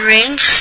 Range